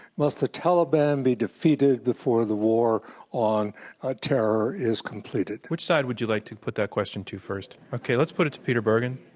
must the taliban be defeated before the war on ah terror is completed? which side would you like to put that question to first? okay, let's put it to peter bergen.